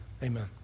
Amen